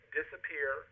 disappear